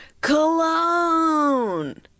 cologne